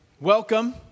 Welcome